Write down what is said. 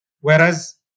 Whereas